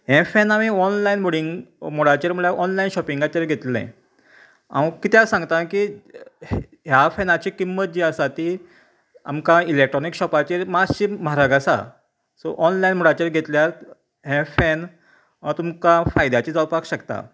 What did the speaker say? हें फेन आमी ऑनलायन मोडीन मोडाचेर म्हळ्यार ऑनलायन शाॅपिंगाचेर घेतलें आंव कित्या सांगता की ह्या फेनाची किंमत जी आसा ती आमकां इलेक्ट्रोनीक शाॅपाचेर मात्शी म्हारग आसा सो ऑनलायन मोडाचेर घेतल्यार हें फेन तुमकां फायद्याचें जावपाक शकतात